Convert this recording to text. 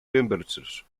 temperatures